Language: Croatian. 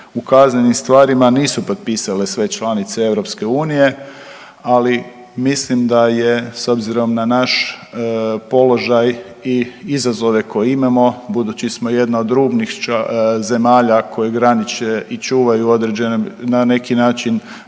kaznenim stvarima nisu potpisale sve članice EU, ali mislim da je, s obzirom na naš položaj i izazove koje imamo, budući smo jedna od rubnih zemalja koje graniče i čuvaju određene,